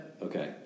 Okay